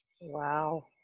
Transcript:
wow